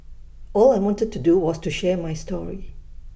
all I wanted to do was to share my story